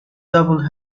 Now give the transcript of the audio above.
double